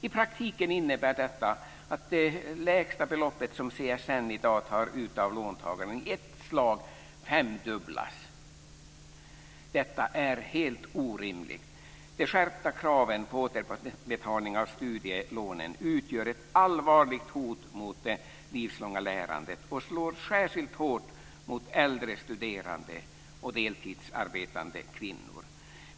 I praktiken innebär detta att det lägsta beloppet som CSN i dag tar ut av låntagare i ett slag femdubblas. Detta är helt orimligt. De skärpta kraven på återbetalning av studielånen utgör ett allvarligt hot mot det livslånga lärandet och slår särskilt hårt mot äldre studerande och deltidsarbetande kvinnor.